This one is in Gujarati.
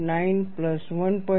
9 પ્લસ 1